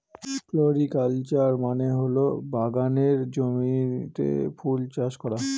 floriculture মানে হল বাগানের জমিতে ফুল চাষ করা